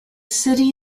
city